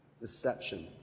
deception